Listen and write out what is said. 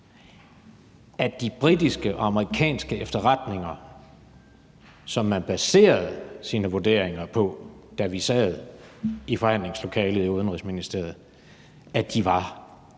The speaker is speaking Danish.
at de britiske og amerikanske efterretninger, som man baserede sine vurderinger på, da vi sad i forhandlingslokalet i Udenrigsministeriet, var så